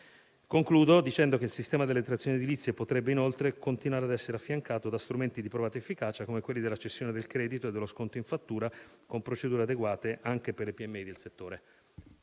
Concludo dicendo che il sistema delle detrazioni edilizie potrebbe, inoltre, continuare ad essere affiancato da strumenti di provata efficacia, come quelli della cessione del credito e dello sconto in fattura con procedure adeguate anche per le piccole e